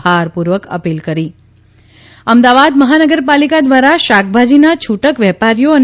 ભારપૂર્વક અપીલ કરી અમદાવાદ મહાનગરપાલિકા દ્વારા શાકભાજીના છૂટક વેપારીઓ અને